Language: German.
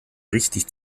richtig